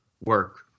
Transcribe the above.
work